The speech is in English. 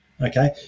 okay